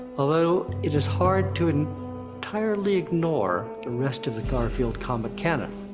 although, it is hard to and entirely ignore the rest of the garfield comic canon.